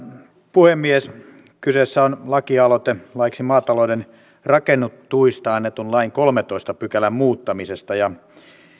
puhemies kyseessä on laki aloite laiksi maatalouden rakennetuista annetun lain kolmannentoista pykälän muuttamisesta ja